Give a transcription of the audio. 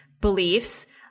beliefs